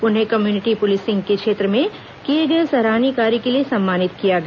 उन्हें community policing के क्षेत्र में किए गए सराहनीय कार्य के लिए सम्मानित किया गया